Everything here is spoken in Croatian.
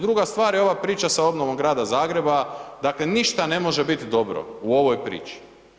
Druga stvar je ova priča sa obnovom grada Zagreba, dakle ništa ne može bit dobro u ovoj priči.